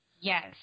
Yes